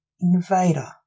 invader